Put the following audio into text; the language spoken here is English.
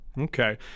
Okay